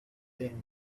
then